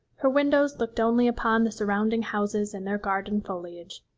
her windows looked only upon the surrounding houses and their garden foliage.